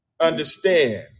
understand